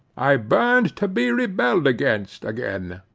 i burned to be rebelled against again.